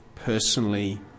personally